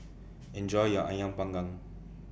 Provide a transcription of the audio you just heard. Enjoy your Ayam Panggang